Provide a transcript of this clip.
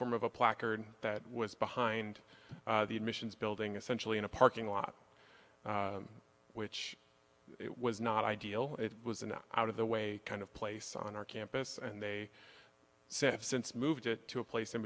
form of a placard that was behind the admissions building essentially in a parking lot which was not ideal it was an out of the way kind of place on our campus and they said i've since moved it to a place in